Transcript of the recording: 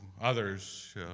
others